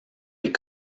des